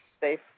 safe